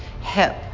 hip